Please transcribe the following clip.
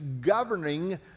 governing